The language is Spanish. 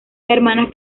hermanas